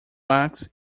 wax